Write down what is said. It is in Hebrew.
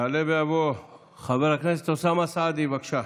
יעלה ויבוא חבר הכנסת אוסאמה סעדי, בבקשה.